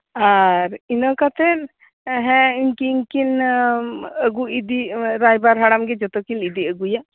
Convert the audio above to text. ᱟᱨ ᱤᱱᱟᱹ ᱠᱟᱛᱮᱜ ᱦᱮᱸ ᱤᱝᱠᱤ ᱤᱝᱠᱤᱱ ᱟᱜᱩ ᱤᱫᱤ ᱨᱟᱭᱵᱟᱨ ᱦᱟᱲᱟᱢ ᱜᱮ ᱡᱚᱛᱚ ᱠᱤᱱ ᱤᱫᱤ ᱟᱜᱩᱭᱟ